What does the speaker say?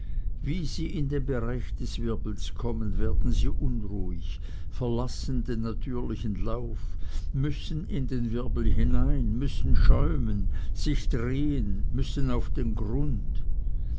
wie sie in bereich des wirbels kommen werden sie unruhig verlassen den natürlichen lauf müssen in den wirbel hin ein müssen schäumen sich drehen müssen auf den grund